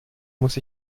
muss